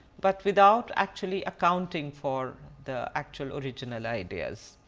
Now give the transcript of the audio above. but without actually accounting for the actual original ideas